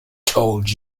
told